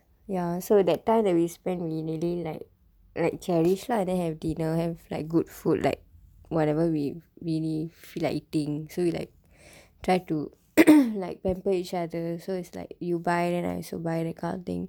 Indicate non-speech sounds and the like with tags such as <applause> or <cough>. ya so that time that we spend we really like like cherish lah then have dinner have like good food like whatever we really feel like eating so you like try to <coughs> like pamper each other so it's like you buy then I also buy that kind of thing